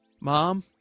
Mom